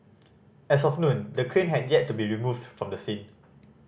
as of noon the crane had yet to be removed from the scene